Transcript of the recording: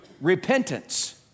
repentance